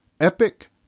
epic